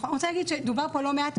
אני רוצה להגיד שדובר פה לא מעט,